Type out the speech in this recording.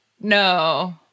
No